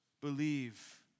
believe